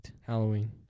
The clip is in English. Halloween